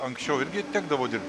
anksčiau irgi tekdavo dirbt